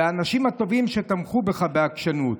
והאנשים הטובים שתמכו בך בעקשנות.